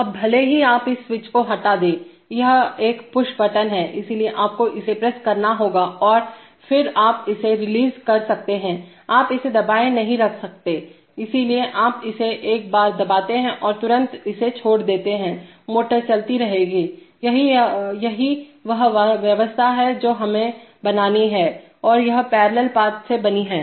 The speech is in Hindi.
अब भले ही आप इस स्विच को हटा दें यह एक पुश बटन है इसलिए आपको इसे प्रेस करना होगा और फिर आप इसे रिलीज कर सकते हैं आप इसे दबाए नहीं रख सकते हैं इसलिए आप इसे एक बार दबाते हैं और तुरंत इसे छोड़ देते हैं मोटर चलती रहेगी यही वह व्यवस्था है जो हमें बनानी है और यह पैरेलल पाथ से बनी है